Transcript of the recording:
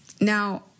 Now